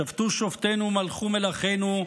שפטו שופטינו ומלכו מלכינו,